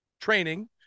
training